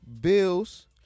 Bills